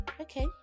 Okay